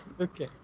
Okay